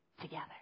together